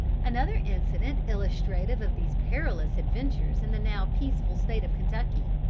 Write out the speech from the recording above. another incident illustrative of these perilous adventures in the now peaceful state of kentucky.